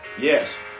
Yes